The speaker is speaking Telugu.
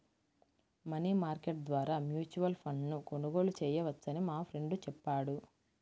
మనీ మార్కెట్ ద్వారా మ్యూచువల్ ఫండ్ను కొనుగోలు చేయవచ్చని మా ఫ్రెండు చెప్పాడు